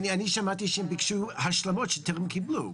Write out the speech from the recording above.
אני שמעתי שהם ביקשו השלמות, שטרם קיבלו.